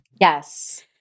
Yes